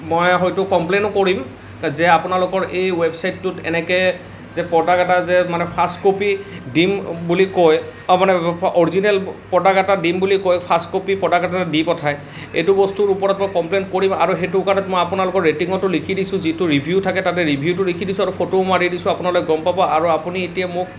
মই হয়তু কমপ্লেইনো কৰিম যে আপোনালোকৰ এই ৱেবছাইটোত এনেকৈ যে প্ৰডাক্ট এটা যে মানে ফাৰ্ষ্ট কপি দিম বুলি কৈ মানে অৰিজিনেল প্ৰডাক্ট এটা দিম বুলি কৈ ফাৰ্ষ্ট কপি প্ৰডাক্ট এটা দি পঠায় এইটো বস্তুৰ ওপৰত মই কমপ্লেইন কৰিম আৰু সেইটো কাৰণত মই আপোনালোকৰ ৰেটিঙতো লিখি দিছোঁ যিটো ৰিভিউ থাকে তাতে ৰিভিউতো লিখি দিছোঁ আৰু ফটোও মাৰি দিছোঁ আপোনালোকে গম পাব আৰু আপুনি এতিয়া মোক